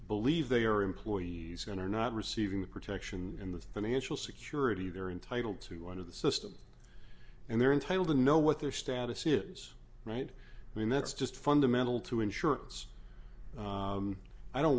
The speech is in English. believe they are employees and are not receiving the protection in the financial security they're entitled to one of the systems and they're entitled to know what their status is right i mean that's just fundamental to insurance i don't